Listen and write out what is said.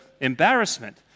embarrassment